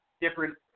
different